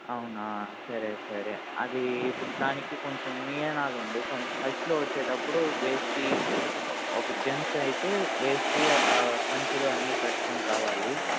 అవునా సరే సరే అది ఇప్పుడు దానికి కొంచెం నియమాలు ఉంది కొం ఫస్ట్లో వచ్చేటప్పుడు వైస్ట్కి ఓకే జెంట్స్ అయితే వైస్ట్ పంచలు అన్నీ కట్టుకొని రావాలి